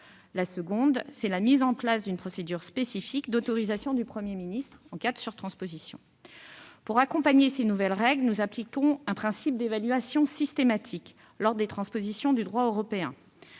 la seconde est la mise en place d'une procédure spécifique d'autorisation du Premier ministre. Pour accompagner ces nouvelles règles, nous avons appliqué un principe d'évaluation systématique lors des transpositions du droit européen.